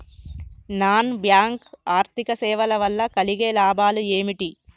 Non bank ఆర్థిక సేవల వల్ల కలిగే లాభాలు ఏమిటి?